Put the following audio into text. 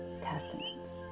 Testaments